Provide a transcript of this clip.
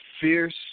fierce